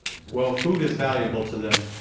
well, food is valuable to them.